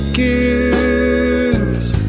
gives